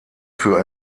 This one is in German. für